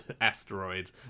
asteroid